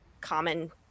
common